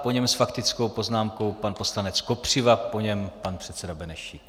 Po něm s faktickou poznámkou pan poslanec Kopřiva, po něm pan předseda Benešík.